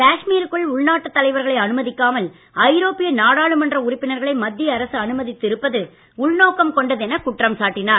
காஷ்மீருக்குள் உள்நாட்டு தலைவர்களை அனுமதிக்காமல் ஐரோப்பிய நாடாளுமன்ற உறுப்பினர்களை மத்திய அரசு அனுமதித்து இருப்பது உள்நோக்கம் கொண்டது எனக் குற்றம் சாட்டினார்